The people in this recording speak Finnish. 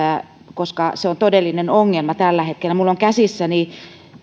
koska se on todellinen ongelma tällä hetkellä minulla on käsissäni